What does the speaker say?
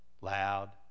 loud